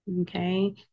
Okay